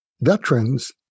veterans